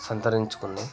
సంతరించుకుంది